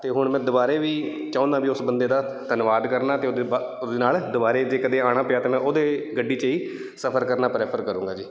ਅਤੇ ਹੁਣ ਮੈਂ ਦੁਬਾਰਾ ਵੀ ਚਾਹੁੰਦਾ ਵੀ ਉਸ ਬੰਦੇ ਦਾ ਧੰਨਵਾਦ ਕਰਨਾ ਅਤੇ ਉਹਦੇ ਬਾ ਉਹਦੇ ਨਾਲ ਦੁਬਾਰਾ ਜੇ ਕਦੇ ਆਉਣਾ ਪਿਆ ਤਾਂ ਮੈਂ ਉਹਦੀ ਗੱਡੀ 'ਚ ਹੀ ਸਫਰ ਕਰਨਾ ਪਰੈਫਰ ਕਰਾਂਗਾ ਜੀ